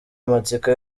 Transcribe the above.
amatsiko